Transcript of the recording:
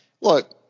look